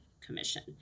commission